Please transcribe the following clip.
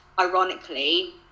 Ironically